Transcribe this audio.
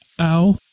Ow